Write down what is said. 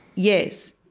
yes.